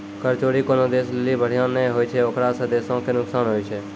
कर चोरी कोनो देशो लेली बढ़िया नै होय छै ओकरा से देशो के नुकसान होय छै